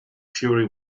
fury